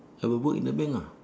I will work in the bank lah